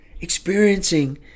Experiencing